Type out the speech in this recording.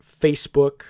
facebook